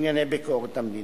לענייני ביקורת המדינה.